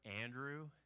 Andrew